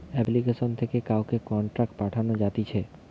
application থেকে কাউকে contact পাঠানো যাতিছে